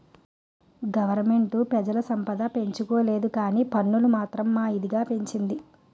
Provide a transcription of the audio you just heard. government పెజల సంపద పెంచలేదుకానీ పన్నులు మాత్రం మా ఇదిగా పెంచింది